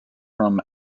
from